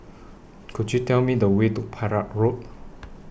Could YOU Tell Me The Way to Perak Road